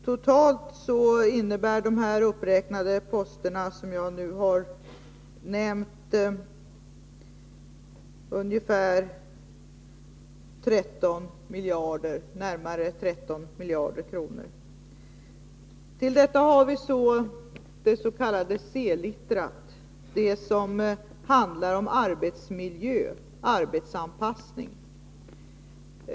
Totalt innebär de uppräknade posterna närmare 13 miljarder kronor. Därutöver har vi s.k. C-littera, som handlar om arbetsmiljö, arbetsanpassning.